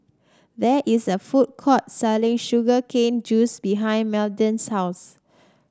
there is a food court selling Sugar Cane Juice behind Madden's house